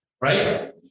right